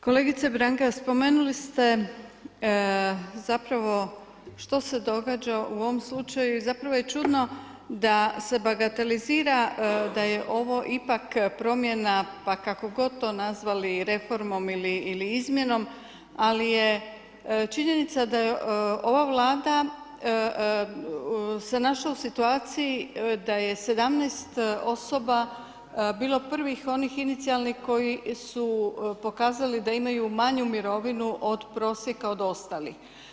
Kolegice Branka, spomenuli ste zapravo što se događa u ovom slučaju i zapravo je čudno, da se bagatelizira da je ovo ipak promjena pa kako god to nazvali reformom ili izmjenom, ali je činjenica da je ova vlada se našla u situaciji da je 17 osoba bilo privih onih inicijalnih koji su pokazali da imaju manju mirovinu od prosjeka od ostalih.